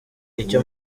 icyo